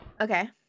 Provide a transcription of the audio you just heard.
Okay